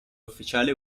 ufficiale